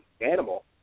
animal